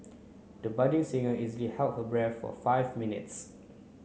the budding singer easily held her breath for five minutes